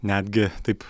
netgi taip